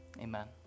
amen